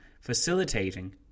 facilitating